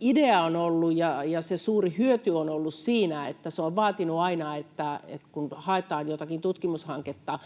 idea ja se suuri hyöty on ollut siinä, että se on vaatinut aina sen, että kun haetaan jotakin tutkimushanketta